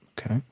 Okay